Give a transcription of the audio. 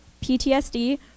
PTSD